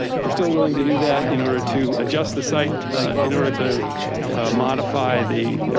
we're still willing to do that in order to adjust the site in order to modify the arrow,